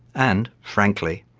and, frankly,